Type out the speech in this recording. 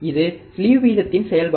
இது ஸ்லீவ் வீதத்தின் செயல்பாடு